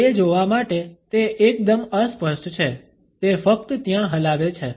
તે જોવા માટે તે એકદમ અસ્પષ્ટ છે તે ફક્ત ત્યાં હલાવે છે